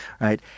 Right